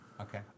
Okay